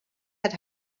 had